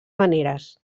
maneres